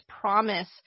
promise